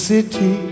City